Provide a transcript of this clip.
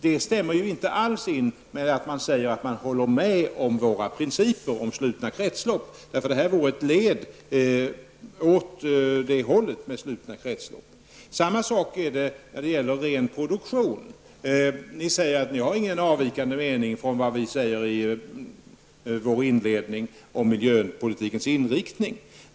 Det stämmer ju inte alls med att man säger att man håller med oss om våra principer om slutna kretslopp. Vårt förslag skulle vara ett steg på vägen mot det målet. Detsamma gäller ren produktion. Ni säger att ni inte har någon avvikande mening från det som vi säger i inledningen till Miljöpolitikens inriktning.